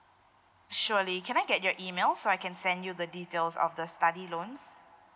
surely can I get your email so I can send you the details of the study loans